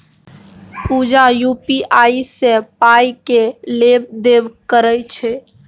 पुजा UPI सँ पाइ केर लेब देब करय छै